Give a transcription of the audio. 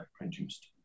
produced